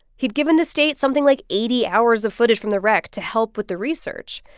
he'd given the state something like eighty hours of footage from the wreck to help with the research.